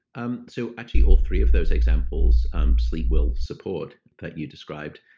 um so actually all three of those examples um sleep will support, that you described.